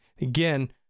Again